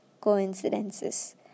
coincidences